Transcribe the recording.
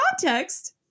context